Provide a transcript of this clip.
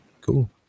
cool